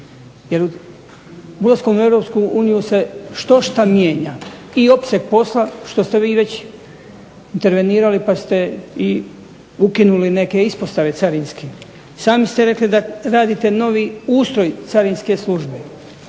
u Europsku uniju se štošta mijenja, i opseg posla što ste vi već intervenirali pa ste i ukinuli neke ispostave carinske. Sami ste rekli da radite novi ustroj Carinske službe.